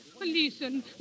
Listen